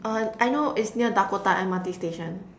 uh I know it's near Dakota M_R_T station